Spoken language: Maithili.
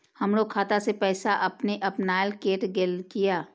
हमरो खाता से पैसा अपने अपनायल केट गेल किया?